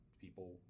people